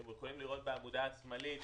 אתם יכולים לראות בעמודה השמאלית